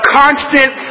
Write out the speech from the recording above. constant